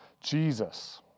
Jesus